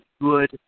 good